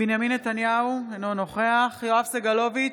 בנימין נתניהו, אינו נוכח יואב סגלוביץ'